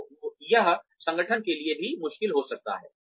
तो यह संगठन के लिए मुश्किल हो सकता है